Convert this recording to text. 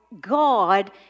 God